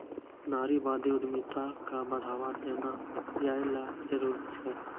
नारीवादी उद्यमिता क बढ़ावा देना यै ल जरूरी छै